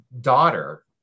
daughter